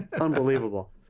Unbelievable